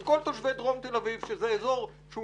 את כל תושבי דרום תל אביב שזה אזור שהוא